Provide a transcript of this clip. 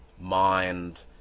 mind